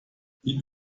die